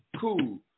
cool